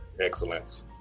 excellence